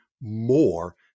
more